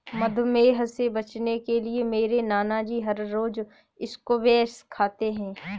मधुमेह से बचने के लिए मेरे नानाजी हर रोज स्क्वैश खाते हैं